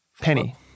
Penny